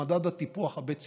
"מדד הטיפוח הבית ספרי",